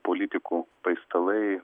politikų paistalai